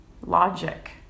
logic